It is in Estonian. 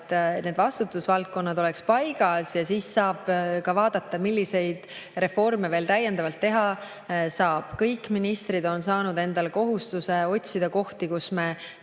et vastutusvaldkonnad peaksid olema paigas, siis saab ka vaadata, milliseid reforme veel täiendavalt teha saab. Kõik ministrid on saanud kohustuse otsida kohti, kus me